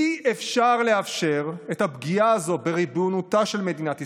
אי-אפשר לאפשר את הפגיעה הזאת בריבונותה של מדינת ישראל,